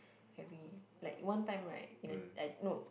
every like one time right in a d~ I no